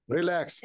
Relax